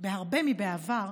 בהרבה מבעבר,